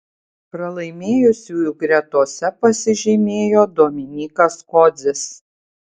pralaimėjusiųjų gretose pasižymėjo dominykas kodzis